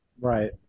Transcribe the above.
Right